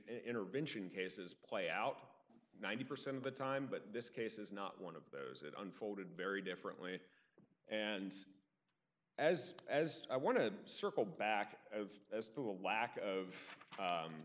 intervention cases play out ninety percent of the time but this case is not one of those it unfolded very differently and as as i want to circle back as as to the lack of